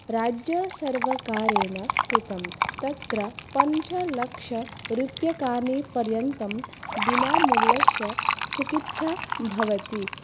राज्यसर्वकारेण कृतं तत्र पञ्चलक्षरूप्यकाणिपर्यन्तं विनामूल्यस्य चिकित्सा भवति